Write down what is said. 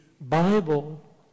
Bible